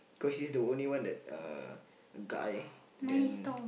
cause he's the only one that uh guy then